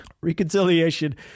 reconciliation